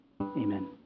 Amen